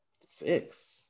Six